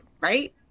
right